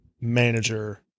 manager